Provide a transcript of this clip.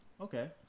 okay